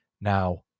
Now